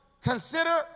Consider